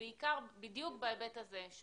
בדיוק בהיבט הזה,